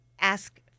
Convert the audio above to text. ask